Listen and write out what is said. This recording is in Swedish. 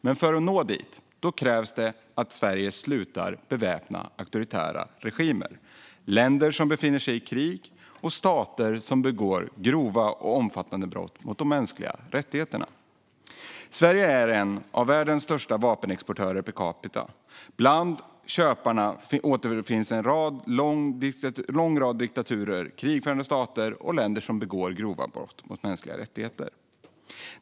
Men för att nå dit krävs att Sverige slutar beväpna auktoritära regimer, länder som befinner sig i krig och stater som begår grova och omfattande brott mot de mänskliga rättigheterna. Sverige är en av världens största vapenexportörer per capita. Bland köparna återfinns en lång rad diktaturer, krigförande stater och länder som begår grova brott mot mänskliga rättigheter.